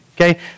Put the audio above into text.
Okay